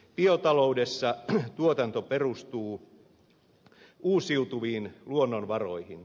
biotaloudessa tuotanto perustuu uusiutuviin luonnonvaroihin